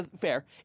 fair